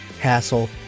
hassle